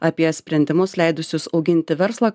apie sprendimus leidusius auginti verslą